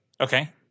Okay